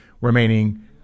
remaining